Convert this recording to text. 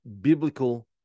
biblical